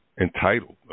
entitled